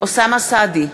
אוסאמה סעדי,